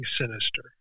sinister